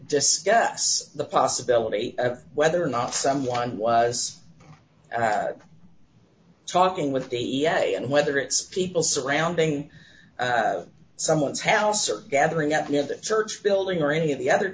discuss the possibility of whether or not someone was talking with the yes and whether it's people surrounding someone's house or gathering up near the church building or any of the other